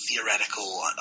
theoretical